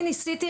אני ניסיתי,